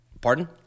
Pardon